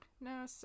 No